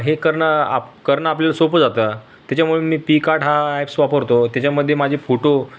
हे करणं आप करणं आपल्याला सोपं जातं त्याच्यामुळं मी पिकआर्ट हा ॲप्स वापरतो त्याच्यामध्ये माझे फोटो